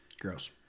Gross